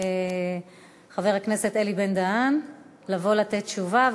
חבר הכנסת אלי בן-דהן לבוא לתת תשובה,